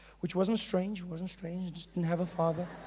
which wasn't strange, wasn't strange, just didn't have father.